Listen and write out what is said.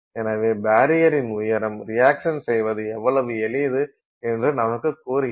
எனவே பரியரின் உயரம் ரியாக்சன் செய்வது எவ்வளவு எளிது என்று நமக்குக் கூறுகிறது